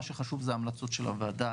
מה שחשוב זה ההמלצות של הוועדה.